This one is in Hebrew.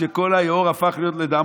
כשכל היאור הפך לדם,